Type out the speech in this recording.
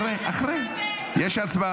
אפס מי שהצביע